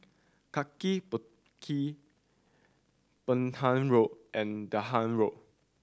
Kaki Bukit Penhas Road and Dahan Road